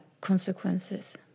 consequences